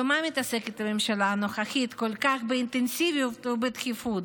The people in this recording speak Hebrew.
במה מתעסקת הממשלה הנוכחית כל כך באינטנסיביות ובדחיפות?